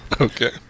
okay